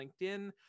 LinkedIn